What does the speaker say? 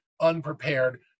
unprepared